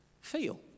feel